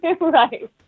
Right